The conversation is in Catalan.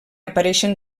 apareixen